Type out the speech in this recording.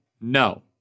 No